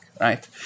right